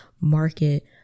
market